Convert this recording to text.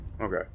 Okay